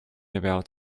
about